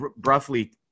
roughly